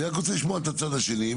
אני רק רוצה לשמוע את הצד השני,